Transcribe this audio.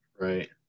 Right